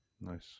Nice